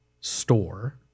store